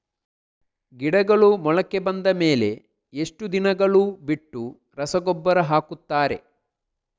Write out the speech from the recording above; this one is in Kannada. ಗಿಡಗಳು ಮೊಳಕೆ ಬಂದ ಮೇಲೆ ಎಷ್ಟು ದಿನಗಳು ಬಿಟ್ಟು ರಸಗೊಬ್ಬರ ಹಾಕುತ್ತಾರೆ?